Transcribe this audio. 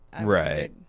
Right